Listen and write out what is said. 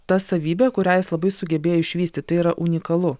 ta savybė kurią jis labai sugebėjo išvystyt tai yra unikalu